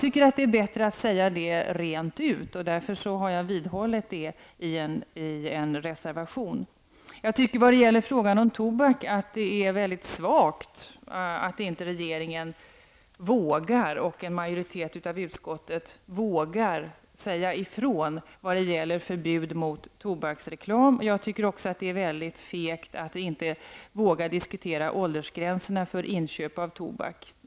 Det är bättre att säga detta rent ut och jag vidhåller min uppfattning i en reservation. Beträffande frågan om tobak är det väldigt svagt att varken regeringen eller utskottsmajoriteten vågar säga ifrån och förbjuda tobaksreklam. Jag tycker också att det är mycket fegt att inte våga diskutera åldersgränserna för inköp av tobak.